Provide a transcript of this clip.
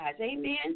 amen